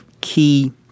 key